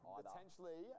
potentially